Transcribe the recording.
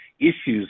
issues